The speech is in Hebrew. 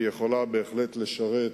היא יכולה בהחלט לשרת